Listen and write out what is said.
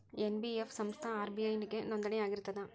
NBF ಸಂಸ್ಥಾ RBI ಗೆ ನೋಂದಣಿ ಆಗಿರ್ತದಾ?